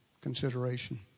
consideration